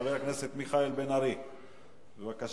חבר הכנסת מיכאל בן-ארי, בבקשה.